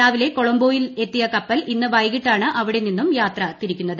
രാവിലെ കൊളംബോയിൽ എത്തിയ കപ്പൽ ഇന്ന് വൈകിട്ടാണ് അവിടെ നിന്നും യാത്ര തിരിക്കുന്നത്